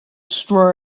straw